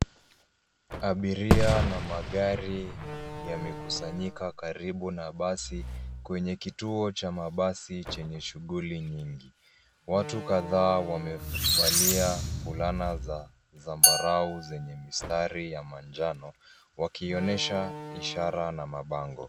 Abiria na magari yamekusanyika karibu na basi kwenye kituo cha mabasi chenye shughuli nyingi. Watu kadhaa wamevalia fulana za zambarau zenye mistari ya manjano wakionyesha ishara na mabango.